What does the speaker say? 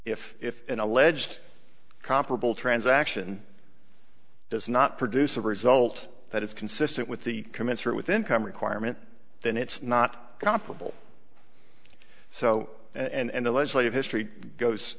is if an alleged comparable transaction does not produce a result that is consistent with the commensurate with income requirement then it's not comparable so and the legislative history goes